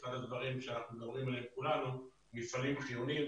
אחד הדברים שאנחנו מדברים עליו כולנו זה מפעלים חיוניים.